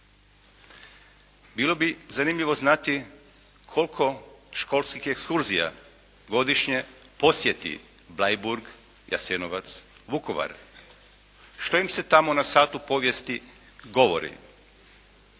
Bilo bi zanimljivo znati koliko školskih ekskurzija godišnje posjeti Bleiburg, Jasenovac, Vukovar. Što im se tamo na satu povijesti govori?